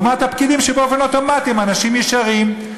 לעומת הפקידים, שבאופן אוטומטי הם אנשים ישרים.